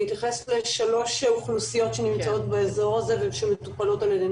אני אתייחס לשלוש אוכלוסיות שנמצאות באזור הזה ושמטופלות על ידינו.